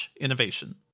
innovation